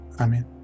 amen